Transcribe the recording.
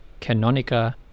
Canonica